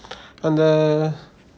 and the